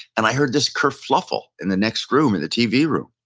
and i heard this kerfuffle in the next room, in the tv room.